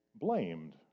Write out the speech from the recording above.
blamed